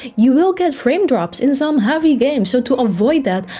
you will get frame drops in some heavy games. so to avoid that,